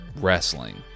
wrestling